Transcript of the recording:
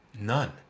None